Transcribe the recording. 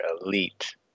elite